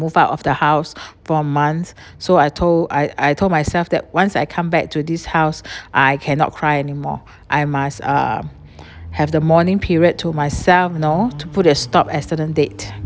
move out of the house for months so I told I I told myself that once I come back to this house I cannot cry anymore I must uh have the mourning period to myself know to put a stop at certain date